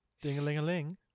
Ding-a-ling-a-ling